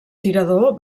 tirador